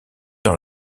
dans